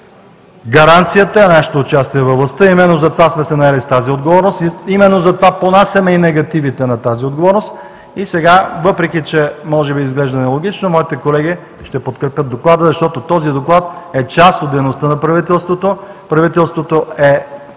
Гаранцията е нашето участие във властта – именно затова сме се наели с тази отговорност, именно за това понасяме и негативите на тази отговорност. И сега, въпреки че може би изглежда нелогично, моите колеги ще подкрепят Доклада, защото този Доклад е част от дейността на правителството. Правителството е